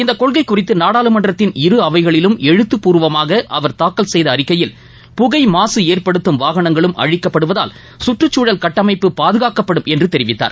இந்த கொள்கை குறித்து நாடாளுமன்றத்தின் இரு அவைகளிலும் எழுத்துப்பூர்வமாக அவர் தாக்கல் செய்த அறிக்கையில் புகை மாசு ஏற்படுத்தும் வாகனங்களும் அழிக்கப்படுவதால் கற்றுச்சூழல் கட்டமைப்பு பாதுகாக்கப்படும் என்று தெரிவித்தார்